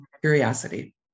curiosity